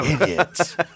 Idiots